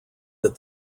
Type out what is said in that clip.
that